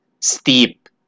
Steep